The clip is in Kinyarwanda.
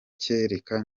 kereka